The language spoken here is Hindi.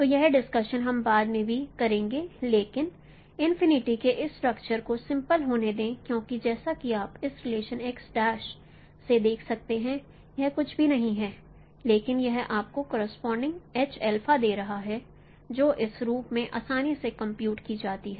तो यह डिस्कशन हम बाद में भी करेंगे लेकिन इनफिनिटी के इस स्ट्रक्चर को सिम्पल होने दें क्योंकि जैसा कि आप इस रिलेशन से देख सकते हैं यह कुछ भी नहीं है लेकिन यह आपको करोसपोंडिंग दे रही है और जो इस रूप में आसानी से कंप्यूट की जाती है